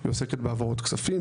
היא עוסקת בהעברות כספים,